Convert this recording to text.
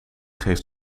geeft